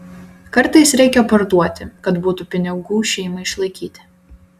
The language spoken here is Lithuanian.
kartais reikia parduoti kad būtų pinigų šeimai išlaikyti